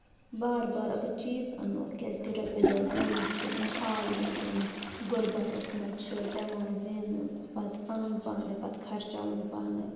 بار بار اگر چیٖز اَنو کیٛازِ کہِ رۄپیہِ دۄہ زینٕنہٕ چھُ مَحال وٕنکؠن غربتَس منٛز چھِ پیٚوان زینُن پَتہٕ اَنُن پانے پَتہٕ خرچاوُن پانے